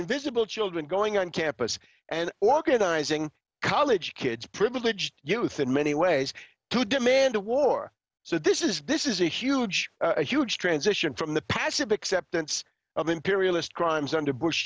invisible children going on campus and organizing college kids privileged youth in many ways to demand a war so this is this is a huge huge transition from the passive acceptance of imperialist crimes under bush